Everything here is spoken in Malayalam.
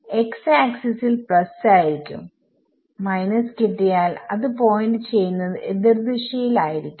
x ആക്സിസിൽ പ്ലസ് ആയിരിക്കും മൈനസ് കിട്ടിയാൽ അത് പോയിന്റ് ചെയ്യുന്നത് എതിർ ദിശയിൽ ആയിരിക്കും